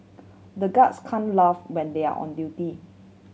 the guards can't laugh when they are on duty